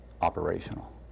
operational